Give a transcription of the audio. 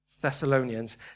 Thessalonians